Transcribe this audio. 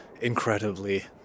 incredibly